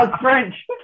French